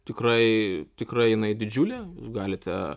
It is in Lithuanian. tikrai tikrai jinai didžiulė jūs galite